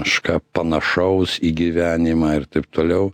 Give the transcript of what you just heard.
kažką panašaus į gyvenimą ir taip toliau